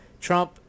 Trump